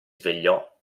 svegliò